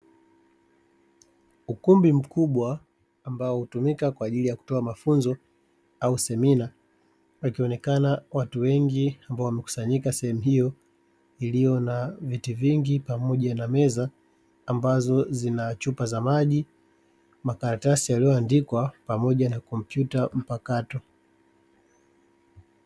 Ukumbi mkubwa ambao hutumika kutoa mafunzo au semina, wakionekana watu wengi ambao wamekusanyika sehemu hiyo iliyo na viti vingi pamoja na meza ambazo zina chupa za maji, makaratasi yaliyo andikwa pamoja na kompyuta mpakato.